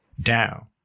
down